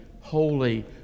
holy